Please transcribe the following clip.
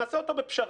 נעשה אותו בפשרה.